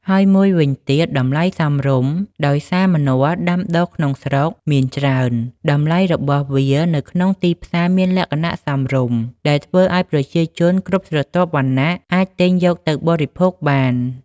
ហើយមួយវិញទៀតតម្លៃសមរម្យ ដោយសារម្នាស់ដាំដុះក្នុងស្រុកមានច្រើន តម្លៃរបស់វានៅក្នុងទីផ្សារមានលក្ខណៈសមរម្យ ដែលធ្វើឱ្យប្រជាជនគ្រប់ស្រទាប់វណ្ណៈអាចទិញយកទៅបរិភោគបាន។